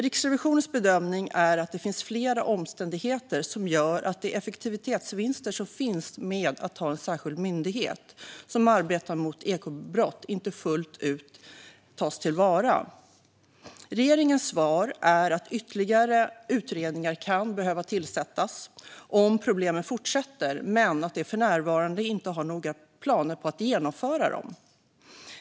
Riksrevisionens bedömning är att det finns flera omständigheter som gör att de effektivitetsvinster som finns med att ha en särskild myndighet som arbetar mot ekobrott inte fullt ut tas till vara. Regeringens svar är att ytterligare utredningar kan behöva tillsättas om problemen fortsätter men att man för närvarande inte har några planer på att genomföra sådana.